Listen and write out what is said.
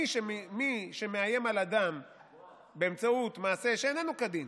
מי שמאיים על אדם באמצעות מעשה שאיננו כדין,